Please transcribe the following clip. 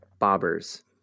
bobbers